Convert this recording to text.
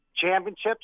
championships